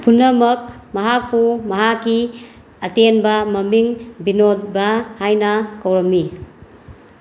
ꯄꯨꯝꯅꯃꯛ ꯃꯍꯥꯛꯄꯨ ꯃꯍꯥꯛꯀꯤ ꯑꯇꯦꯟꯕ ꯃꯃꯤꯡ ꯕꯤꯅꯣꯗꯕꯥ ꯍꯥꯏꯅ ꯀꯧꯔꯝꯃꯤ